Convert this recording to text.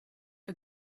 for